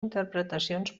interpretacions